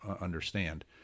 understand